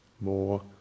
more